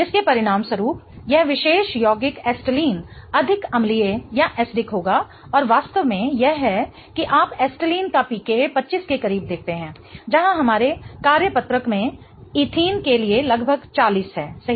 जिसके परिणामस्वरूप यह विशेष यौगिक एसिटिलीन अधिक अम्लीय होगा और वास्तव में यह है कि आप एसिटिलीन का pKa 25 के करीब देखते हैं जहां हमारे कार्यपत्रक में एथीन के लिए लगभग 40 है सही